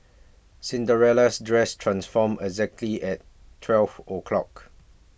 Cinderella's dress transformed exactly at twelve o'clock